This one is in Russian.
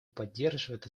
поддерживает